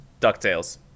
DuckTales